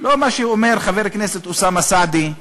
לא מה שאומר חבר הכנסת אוסאמה סעדי,